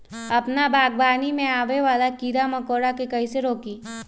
अपना बागवानी में आबे वाला किरा मकोरा के कईसे रोकी?